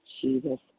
Jesus